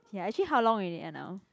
ya actually how long already ah now